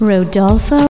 Rodolfo